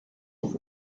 auf